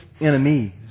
enemies